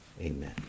amen